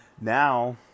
now